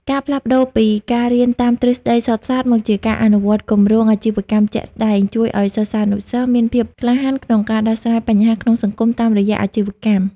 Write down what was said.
ការផ្លាស់ប្តូរពីការរៀនតាមទ្រឹស្ដីសុទ្ធសាធ មកជាការអនុវត្តគម្រោងអាជីវកម្មជាក់ស្ដែង ជួយឱ្យសិស្សានុសិស្សមានភាពក្លាហានក្នុងការដោះស្រាយបញ្ហាក្នុងសង្គមតាមរយៈអាជីវកម្ម។